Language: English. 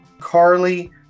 Carly